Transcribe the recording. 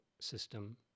system